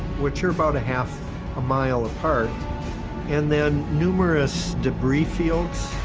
which about half a mile apart and then numerous debris fields.